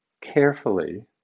carefully